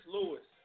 Lewis